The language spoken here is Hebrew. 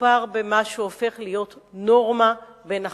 מדובר במה שהופך להיות נורמה בין החיילים.